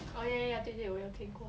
oh ya ya ya 对对我有听过